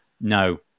no